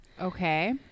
Okay